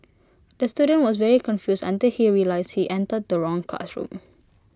the student was very confused until he realised he entered the wrong classroom